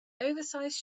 oversized